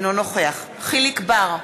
אינו נוכח יחיאל חיליק בר,